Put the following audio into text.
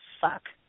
fuck